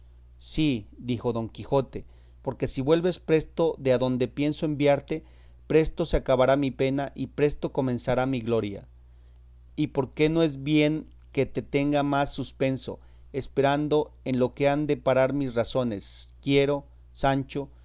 sí dijo don quijote porque si vuelves presto de adonde pienso enviarte presto se acabará mi pena y presto comenzará mi gloria y porque no es bien que te tenga más suspenso esperando en lo que han de parar mis razones quiero sancho